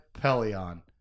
Pelion